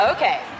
Okay